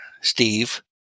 Steve